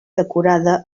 decorada